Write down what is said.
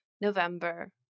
November